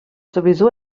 sowieso